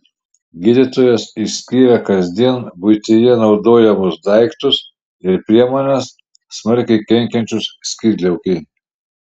gydytojas išskyrė kasdien buityje naudojamus daiktus ir priemones smarkiai kenkiančius skydliaukei